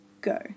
Go